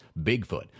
Bigfoot